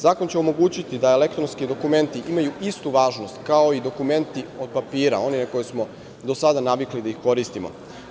Zakon će omogućiti da elektronski dokumenti imaju istu važnost kao i dokumenti od papira, oni na koje smo do sada navikli da ih koristimo.